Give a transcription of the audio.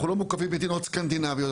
אנחנו לא מוקפים במדינות סקנדינביות.